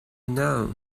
know